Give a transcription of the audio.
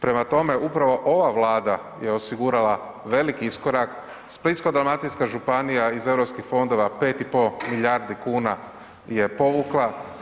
Prema tome, upravo ova Vlada je osigurala veliki iskorak, Splitsko-dalmatinska županija iz Europskih fondova 5,5 milijardi kuna je povukla.